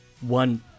one